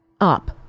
up